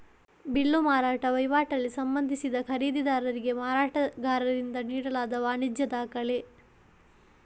bill ಮಾರಾಟ ವೈವಾಟಲ್ಲಿ ಸಂಬಂಧಿಸಿದ ಖರೀದಿದಾರರಿಗೆ ಮಾರಾಟಗಾರರಿಂದ ನೀಡಲಾದ ವಾಣಿಜ್ಯ ದಾಖಲೆ